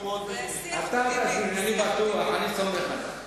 אתה תבין, אני בטוח, אני סומך עליך.